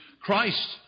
Christ